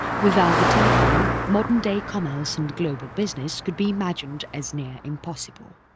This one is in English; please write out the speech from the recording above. without the telephone, modern day commerce and global business could be imagined as near impossible.